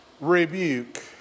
rebuke